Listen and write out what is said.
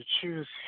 choose